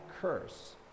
curse